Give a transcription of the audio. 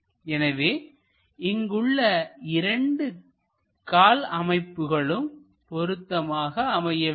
எனவே இங்குள்ள இரண்டு கால் அமைப்புகளும் பொருத்தமாக அமைய வேண்டும்